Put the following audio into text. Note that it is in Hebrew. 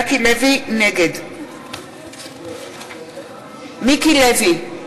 נגד מיקי לוי,